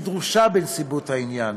אם היא דרושה, בנסיבות העניין,